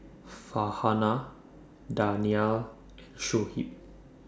Farhanah Danial and Shuib